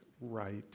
right